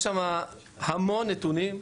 יש שם המון נתונים.